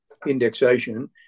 indexation